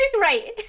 Right